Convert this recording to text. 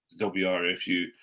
WRFU